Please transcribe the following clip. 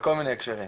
בכל מיני הקשרים.